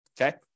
Okay